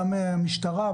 גם המשטרה,